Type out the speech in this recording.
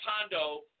Pondo